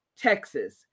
Texas